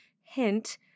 Hint